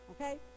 okay